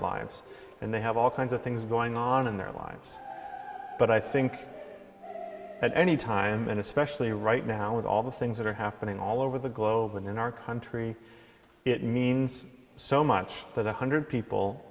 lives and they have all kinds of things going on in their lives but i think at any time and especially right now with all the things that are happening all over the globe and in our country it means so much that one hundred people